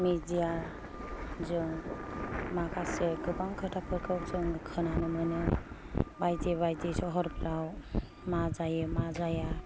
मेडियाजों माखासे गोबां खोथाफोरखौ जों खोनानो मोनो बायदि बायदि सोहोरफ्राव मा जायो मा जाया